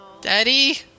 Daddy